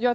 De